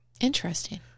interesting